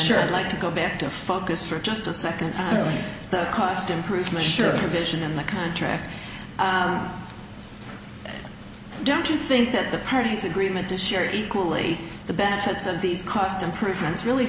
sure like to go back to focus for just a second to the cost improvement sure for vision in the contract don't you think that the parties agreement to share equally the benefits of these cost improvements really